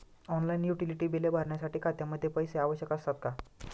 Online utility बिले भरण्यासाठी खात्यामध्ये पैसे आवश्यक असतात का?